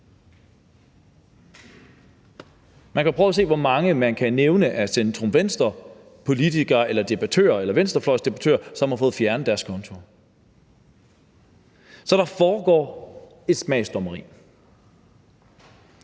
Man kan prøve at se, hvor mange man kan nævne af centrumvenstrepolitikere eller -debattører eller venstrefløjsdebattører, som har fået fjernet deres konto. Så der foregår et smagsdommeri.